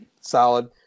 solid